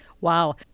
Wow